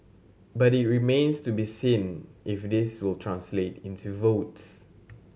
but it remains to be seen if this will translate into votes